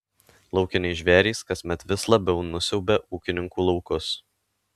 laukiniai žvėrys kasmet vis labiau nusiaubia ūkininkų laukus